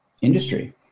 industry